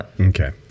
Okay